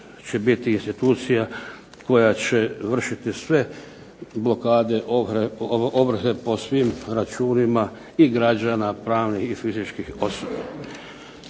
će biti institucija koja će vršiti sve blokade, ovrhe po svim računima i građana, pravnih i fizičkih osoba.